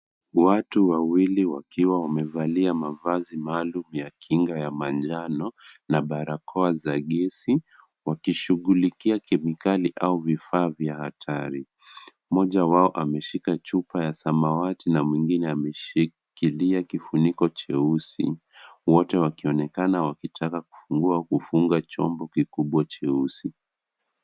Watu wawili wakiwa wamevalia mavazi maalum ya kinga ya manjano na barakoa za gesi wakishughulikia kemikali au vifaa vya hatari. Mmoja wao ameshika chupa ya samawati na mwingine ameshikilia kifuniko cheusi. Wote wakionekana wakitaka kufungua au kufunga chombo kikubwa cheusi.